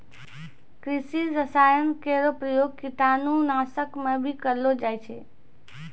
कृषि रसायन केरो प्रयोग कीटाणु नाशक म भी करलो जाय छै